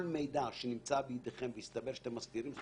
כל מידע שנמצא בידיכם ומסתבר שאתם מסתירים,